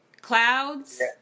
clouds